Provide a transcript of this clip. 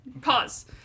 Pause